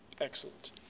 Excellent